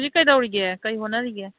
ꯍꯧꯖꯤꯛ ꯀꯩꯗꯧꯔꯤꯒꯦ ꯀꯔꯤ ꯍꯣꯠꯅꯔꯤꯒꯦ